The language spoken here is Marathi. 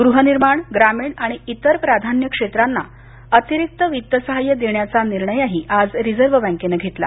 गृहनिर्माण ग्रामीण आणि इतर प्राधान्य क्षेत्राना अतिरिक्त वित्तसहाय्य देण्याचा निर्णयही आज रिझर्व बँकेनं घेतला